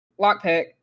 lockpick